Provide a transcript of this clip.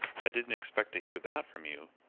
i didn't expect to hear that from you.